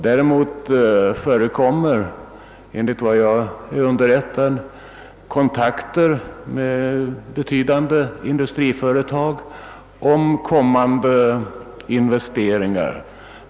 Däremot förekommer, enligt vad jag blivit underrättad om, kontakter med betydande industriföretag om kommande investeringar.